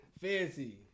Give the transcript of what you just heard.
Fancy